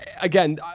again